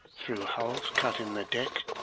through holes cut in the deck.